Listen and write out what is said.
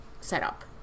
setup